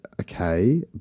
okay